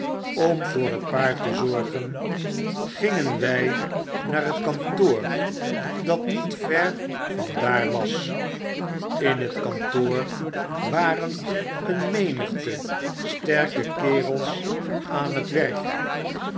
om voor het paard te zorgen gingen wy naar het kantoor dat niet ver van daar was in het kantoor waren een menigte sterke kerels aan t werk